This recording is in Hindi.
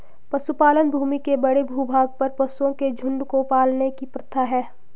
पशुपालन भूमि के बड़े भूभाग पर पशुओं के झुंड को पालने की प्रथा है